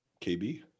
kb